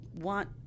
want